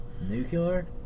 Nuclear